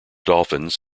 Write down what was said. dolphins